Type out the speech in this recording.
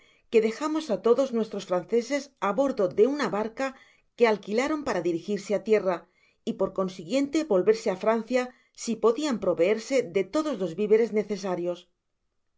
que dejamos á todos nuestros franceses á bordo de una barca que alquilaron para dirigirse á tierra y por consiguiente volverse á francia si podian proveerse de todos los viveres necesarios